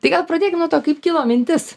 tai gal pradėkime nuo to kaip kilo mintis